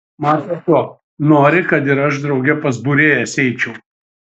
maža to nori kad ir aš drauge pas būrėjas eičiau